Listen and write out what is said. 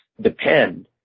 depend